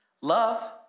Love